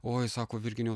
oi sako virginijau